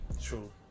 True